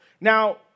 Now